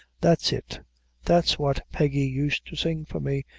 that's it that's what peggy used to sing for me,